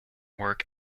work